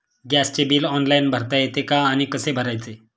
गॅसचे bill online भरता येते का आणि कसे भरायचे?